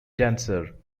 dancer